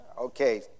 Okay